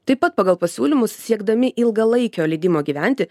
taip pat pagal pasiūlymus siekdami ilgalaikio leidimo gyventi